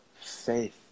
faith